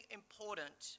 important